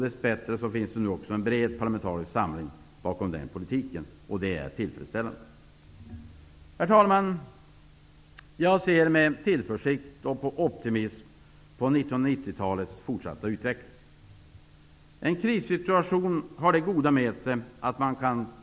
Därför görs också omfattande arbetsmarknadspolitiska insatser för att ge människor arbete eller utbildning i stället för kontantbidrag. Regeringen har valt arbetslinjen.